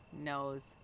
knows